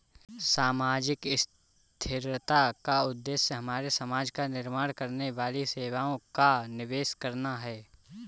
सामाजिक स्थिरता का उद्देश्य हमारे समाज का निर्माण करने वाली सेवाओं का निवेश करना है